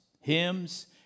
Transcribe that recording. hymns